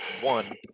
One